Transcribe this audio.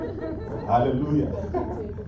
Hallelujah